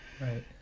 Right